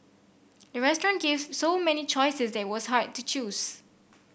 the restaurant gave so many choices that was hard to choose